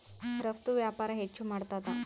ರಫ್ತು ವ್ಯಾಪಾರ ಹೆಚ್ಚು ಮಾಡ್ತಾದ